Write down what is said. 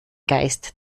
geist